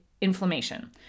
inflammation